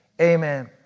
Amen